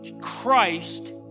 Christ